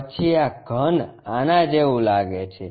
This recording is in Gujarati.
પછી આ ઘન આના જેવું લાગે છે